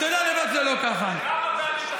כמה פעמים תחזור על השקר הזה?